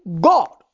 God